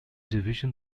division